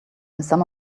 some